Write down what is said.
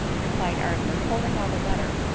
replied arthur, holding out a letter,